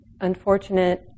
unfortunate